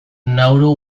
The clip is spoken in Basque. nauru